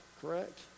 correct